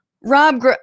Rob